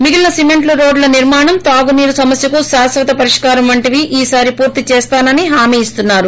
మిగిలిన సిమ్మెంట్ రోడ్ల నిర్మాణం తాగునీరు సమస్యకు శాశ్వత పరిష్కారం వంటివి ఈసారి పూర్తి చేస్తానని హామీ ఇస్తున్నారు